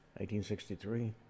1863